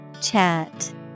Chat